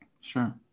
Sure